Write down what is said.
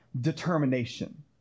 determination